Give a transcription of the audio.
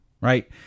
right